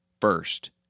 first